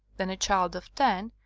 then a child of ten,